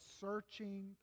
searching